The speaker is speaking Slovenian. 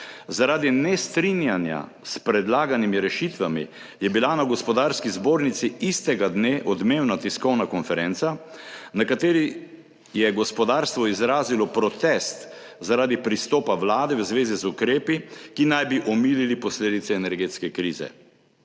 Zaradi nestrinjanja s predlaganimi rešitvami je bila na Gospodarski zbornici istega dne odmevna tiskovna konferenca, na kateri je gospodarstvo izrazilo protest zaradi pristopa vlade v zvezi z ukrepi, ki naj bi omilili posledice energetske krize.